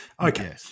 Okay